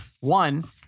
one